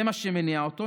זה מה שמניע אותו,